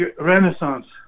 Renaissance